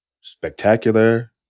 spectacular